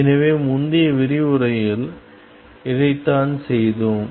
எனவே முந்தைய விரிவுரையில் இதைத்தான் செய்தோம்